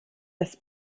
das